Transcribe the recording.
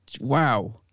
Wow